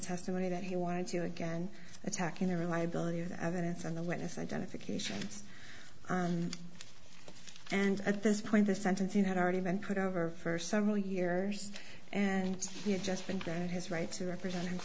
testimony that he wanted to again attacking the reliability of the evidence on the witness identification and at this point the sentencing had already been put over for several years and he had just been granted his rights to represent